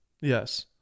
Yes